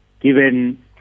given